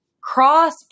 cross